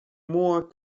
more